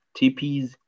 TPs